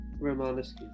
Romanesque